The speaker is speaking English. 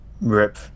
rip